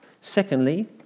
Secondly